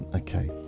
okay